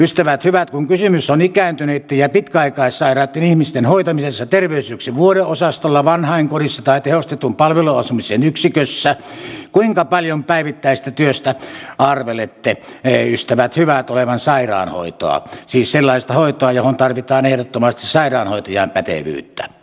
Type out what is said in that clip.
ystävät hyvät kun kysymys on ikääntyneitten ja pitkäaikaissairaitten ihmisten hoitamisesta terveyskeskuksen vuodeosastolla vanhainkodissa tai tehostetun palveluasumisen yksikössä kuinka paljon päivittäisestä työstä arvelette ystävät hyvät olevan sairaanhoitoa siis sellaista hoitoa johon tarvitaan ehdottomasti sairaanhoitajan pätevyyttä